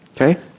Okay